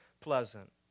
pleasant